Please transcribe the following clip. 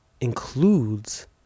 includes